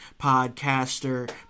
podcaster